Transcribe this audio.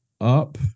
up